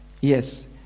yes